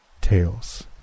tales